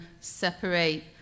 separate